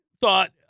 thought